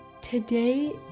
Today